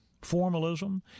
Formalism